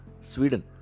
Sweden